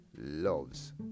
loves